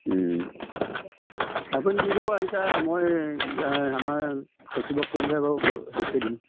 আপুনি দি দিব এইকেইটা মই এ আমাৰ সচিবক কৈ পেলাই বাৰু মই হেৰি কৰি দিম